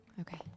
okay